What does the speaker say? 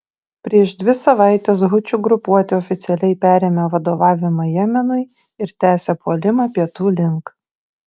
prieš dvi savaites hučių grupuotė oficialiai perėmė vadovavimą jemenui ir tęsia puolimą pietų link